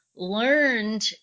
learned